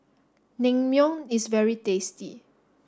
Naengmyeon is very tasty